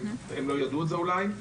הם אולי לא ידעו זאת.